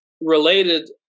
related